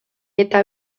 eta